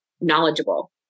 knowledgeable